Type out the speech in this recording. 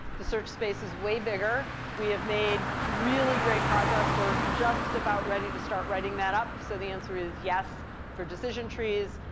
the search space is way bigger. we have made really great progress. we're just about ready to start writing that up. so the answer is yes for decision trees.